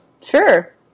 Sure